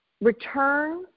return